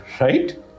right